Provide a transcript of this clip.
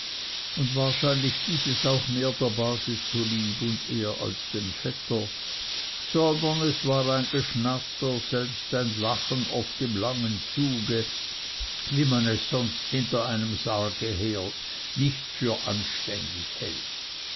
und wahrscheinlich dieses auch mehr der base zu lieb und ehr als dem vetter sondern es war ein geschnatter selbst ein lachen oft im langen zuge wie man es sonst hinter einem sarge her nicht für anständig hält